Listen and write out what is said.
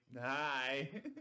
Hi